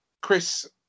Chris